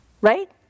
Right